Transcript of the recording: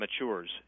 matures